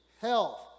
health